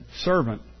servant